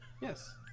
Yes